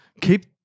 keep